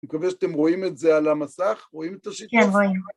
אני מקווה שאתם רואים את זה על המסך? רואים את השיטה הזאת? כן, רואים.